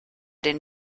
den